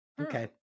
Okay